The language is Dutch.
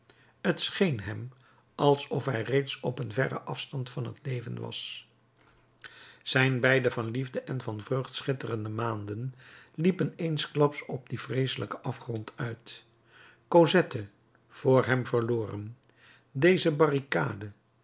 t scheen hem alsof hij reeds op een verren afstand van het leven was zijn beide van liefde en van vreugd schitterende maanden liepen eensklaps op dien vreeselijken afgrond uit cosette voor hem verloren deze barricade